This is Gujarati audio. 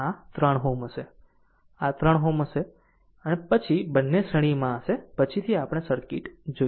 અને આ 3 Ω અને આ 3 Ω પછી બંને શ્રેણીમાં હશે પછીથી આપણે સર્કિટ જોશું